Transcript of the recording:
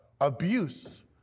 Abuse